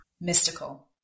Mystical